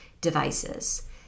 devices